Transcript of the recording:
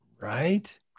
Right